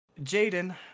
Jaden